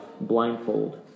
blindfold